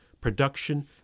production